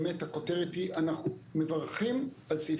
באמת הכותרת היא שאנחנו מברכים על סעיף